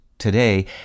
Today